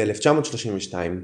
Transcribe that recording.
ב-1932,